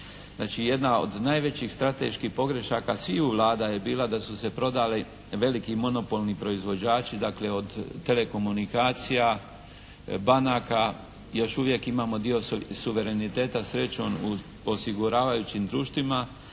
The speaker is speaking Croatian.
jedna od najvećih strateških pogrešaka sviju Vlada je bila da su se prodali veliki monopolni proizvođači, dakle od telekomunikacija, banaka, još uvijek imamo dio suvereniteta srećom u osiguravajućim društvima,